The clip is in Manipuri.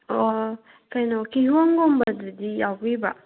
ꯑꯣ ꯀꯩꯅꯣ ꯀꯤꯍꯣꯝꯒꯨꯝꯕꯗꯨꯗꯤ ꯌꯥꯎꯕꯤꯕ꯭ꯔꯥ